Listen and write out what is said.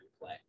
play